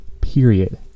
period